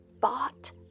bought